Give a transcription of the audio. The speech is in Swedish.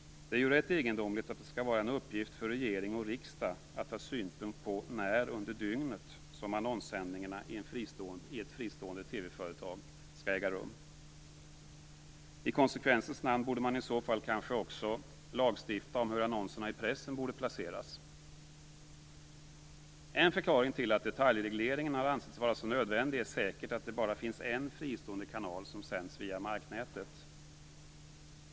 Det är rätt egendomligt att det skall vara en uppgift för regering och riksdag att ha synpunkter på när under dygnet som annonssändningarna i ett fristående TV-företag skall äga rum. I konsekvensens namn borde man i så fall kanske också lagstifta om hur annonserna i pressen borde placeras. En förklaring till att detaljregleringen har ansetts vara så nödvändig är säkert att det bara finns en fristående kanal som sänds via marknätet.